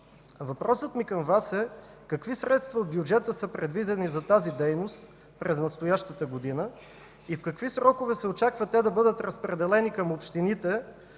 Въпросът ми към Вас е: какви средства от бюджета са предвидени за тази дейност през настоящата година? В какви срокове се очаква те да бъдат разпределени към общините,